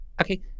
Okay